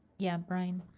yeah, brine.